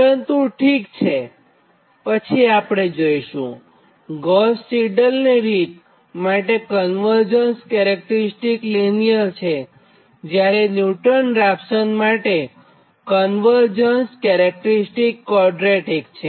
પરંતુ ઠીક છે પછી આપણે જોઇશું કે ગોસ સિડલ રીત માટે કન્વરજ્ન્સ કેરેક્ટરીસ્ટીક લીનીયર છે જ્યારે ન્યુટન રાપ્સન માટે કન્વરજ્ન્સ કેરેક્ટરીસ્ટીક ક્વોડરેટીક છે